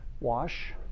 Wash